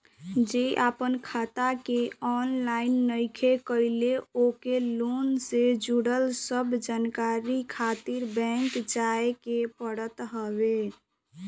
जे आपन खाता के ऑनलाइन नइखे कईले ओके लोन से जुड़ल सब जानकारी खातिर बैंक जाए के पड़त हवे